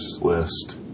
list